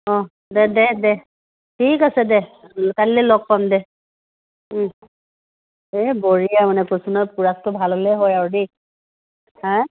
অঁ দে দে ঠিক আছে দে কাইলৈ লগ পাম দে এই বঢ়িয়া কৈছোঁ নহয় কোৰাছটো ভাল হ'লে হয় আৰু দেই হাঁ